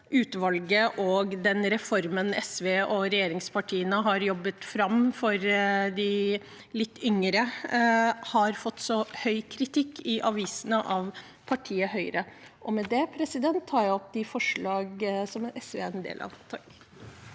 utvalget og reformen SV og regjeringspartiene har jobbet fram for de litt yngre, har fått så mye kritikk i avisene av partiet Høyre. Med det tar jeg opp de forslagene som SV er en del av.